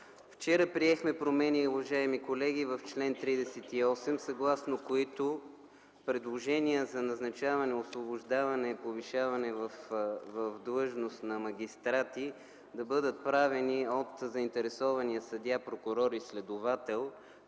вчера приехме промени в чл. 38, съгласно които предложения за назначаване, освобождаване и повишаване в длъжност на магистрати да бъдат правени от заинтересования съдия, прокурор и следовател,